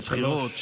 שלוש.